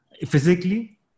physically